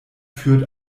führt